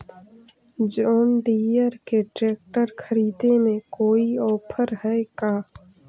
जोन Deere के tractor खरिदे में कोई औफर है का?